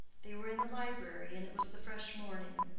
they were in the library, and it was the fresh morning.